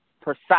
precise